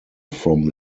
from